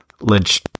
Lynch